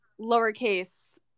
lowercase